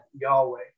Yahweh